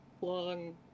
long